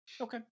Okay